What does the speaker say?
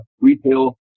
retail